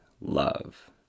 love